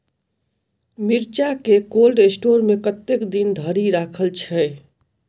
मिर्चा केँ cold store मे कतेक दिन धरि राखल छैय?